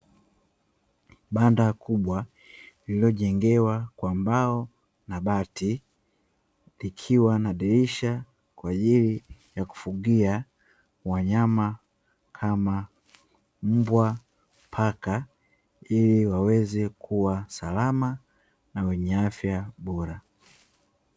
Banda kubwa lililojengewa kwa mbao na bati likiwa na dirisha kwa ajili ya kufugia wanyama kama mbwa na paka, ili waweze kuwa salama na wenye afya bora.